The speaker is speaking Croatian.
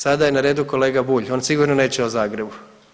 Sada je na redu kolega Bulj, on sigurno neće o Zagrebu.